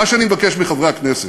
מה שאני מבקש מחברי הכנסת,